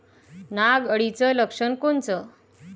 नाग अळीचं लक्षण कोनचं?